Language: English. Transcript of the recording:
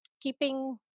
keeping